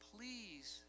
Please